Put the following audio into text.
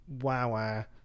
wow